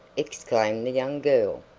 exclaimed the young girl.